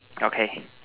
okay